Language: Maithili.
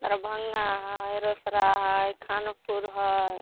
दरभङ्गा हइ रोसरा हइ खानपुर हइ